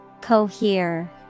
Cohere